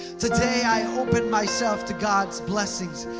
today i open myself to god's blessings,